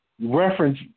reference